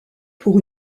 pour